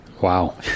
Wow